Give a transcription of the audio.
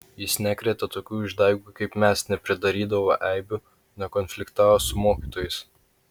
jis nekrėtė tokių išdaigų kaip mes nepridarydavo eibių nekonfliktavo su mokytojais